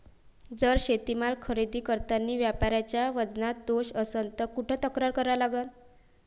जर शेतीमाल खरेदी करतांनी व्यापाऱ्याच्या वजनात दोष असन त कुठ तक्रार करा लागन?